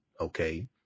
okay